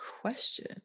question